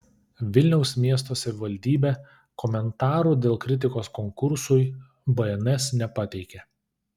vilniaus miesto savivaldybė komentarų dėl kritikos konkursui bns nepateikė